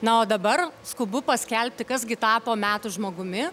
na o dabar skubu paskelbti kas gi tapo metų žmogumi